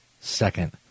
second